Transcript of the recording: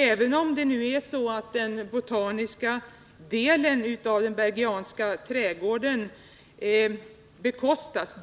Även om driften av den botaniska delen av den Bergianska trädgården bekostas